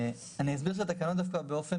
אני אסביר שהתקנות דווקא מייצרות באופן